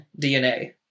dna